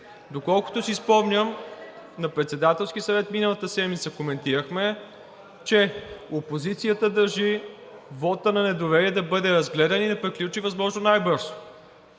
Доколкото си спомням, на Председателски съвет миналата седмица коментирахме, че опозицията държи вотът на недоверие да бъде разгледан и да приключи възможно най-бързо.